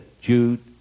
Jude